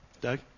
Doug